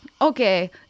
Okay